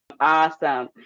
Awesome